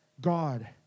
God